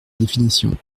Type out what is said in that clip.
définition